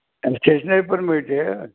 stationery पण मिळते हां